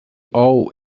all